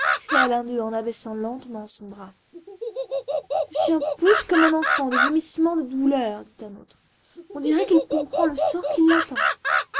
l'un d'eux en abaissant lentement son bras ce chien pousse comme un enfant des gémissements de douleur dit un autre on dirait qu'il comprend le sort qui l'attend